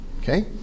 Okay